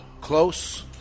Close